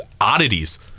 oddities